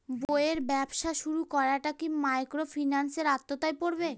বইয়ের ব্যবসা শুরু করাটা কি মাইক্রোফিন্যান্সের আওতায় পড়বে?